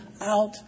out